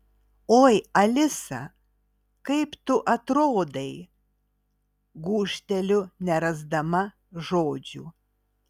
oi alisa kaip tu atrodai gūžteliu nerasdama žodžių